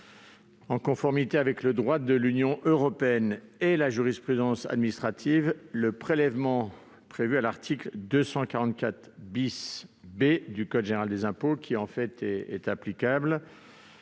en conformité avec le droit de l'Union européenne et la jurisprudence administrative le prélèvement prévu à l'article 244 B du code général des impôts, applicable